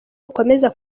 rukomeza